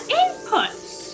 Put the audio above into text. inputs